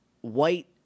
white